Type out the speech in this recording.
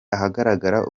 ahagaragara